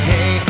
Hey